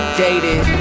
dated